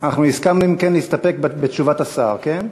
אנחנו הסכמנו, אם כן, להסתפק בתשובת השר, כן?